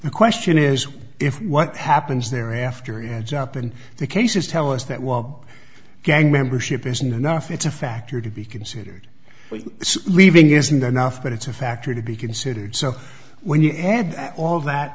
the question is if what happens there after he ends up in the case is tell us that well gang membership isn't enough it's a factor to be considered leaving isn't enough but it's a factor to be considered so when you add all that